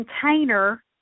container